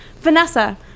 Vanessa